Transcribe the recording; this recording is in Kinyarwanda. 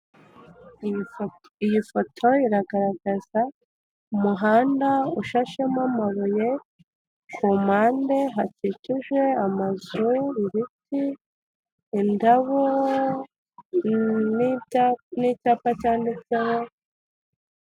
Iyi foto iragaragaza umuhanda ushashemo amabuye ku mpande hakikije amazu, ibiti, indabo n'ibya n'icyapa cyanditseho.